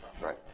Right